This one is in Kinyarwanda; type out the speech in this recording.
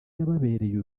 yababereye